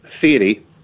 theory